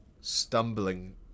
stumbling